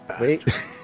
Wait